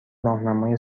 راهنمای